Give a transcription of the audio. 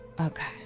Okay